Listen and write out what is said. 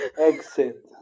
Exit